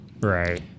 Right